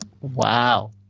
Wow